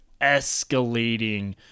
escalating